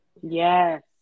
Yes